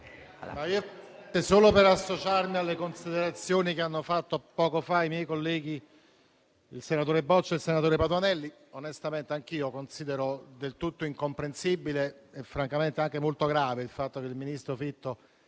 solo per associarmi alle considerazioni che hanno svolto poco fa i miei colleghi, senatori Boccia e Patuanelli. Onestamente anch'io considero del tutto incomprensibile, e francamente anche molto grave, che il ministro Fitto